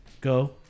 go